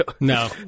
No